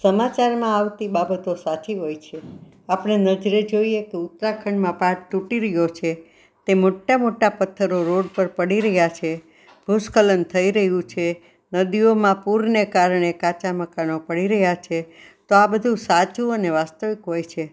સમાચારમાં આવતી બાબતો સાચી હોય છે આપણે નજરે જોઈએ ઉત્તરાખંડમાં પાટ તૂટી રહ્યો છે તે મોટા મોટા પથ્થરો રોડ પર પડી રહ્યા છે ભૂસ્ખલન થઈ રહ્યું છે નદીઓમાં પૂરને કારણે કાચા મકાનો પડી રહ્યા છે તો આ બધું સાચું અને વાસ્તવિક હોય છે